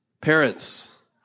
Parents